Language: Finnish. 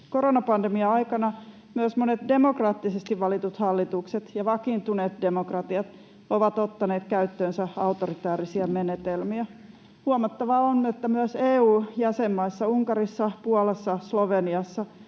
Koronapandemia-aikana myös monet demokraattisesti valitut hallitukset ja vakiintuneet demokratiat ovat ottaneet käyttöönsä autoritäärisiä menetelmiä. Huomattavaa on, että myös EU:n jäsenmaissa Unkarissa, Puolassa, Sloveniassa